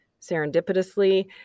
serendipitously